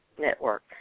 network